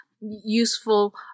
useful